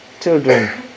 children